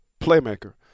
Playmaker